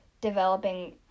developing